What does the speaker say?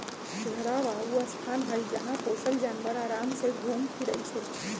घेरहबा ऊ स्थान हई जहा पोशल जानवर अराम से घुम फिरइ छइ